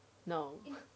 no